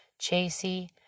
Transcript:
Chasey